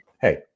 hey